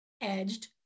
edged